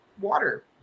water